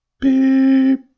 Beep